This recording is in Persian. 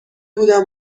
بودم